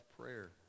prayer